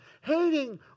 hating